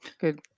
good